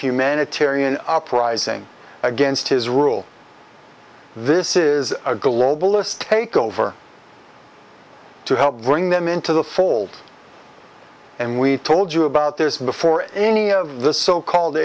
humanitarian uprising against his rule this is a globalist takeover to help bring them into the fold and we told you about this before any of the so called